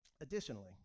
Additionally